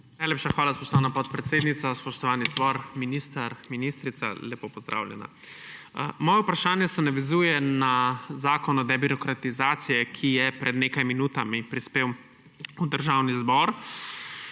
Najlepša hvala, spoštovana podpredsednica. Spoštovani zbor, minister, ministrica, lepo pozdravljeni! Moje vprašanje se navezuje na zakon o debirokratizaciji, ki je pred nekaj minutami prispel v Državni zbor.